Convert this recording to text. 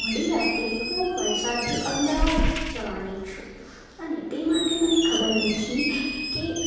મોડી રાતે હું વલસાડથી અમદાવાદ જવાની છું અને તે માટે મને ખબર નથી કે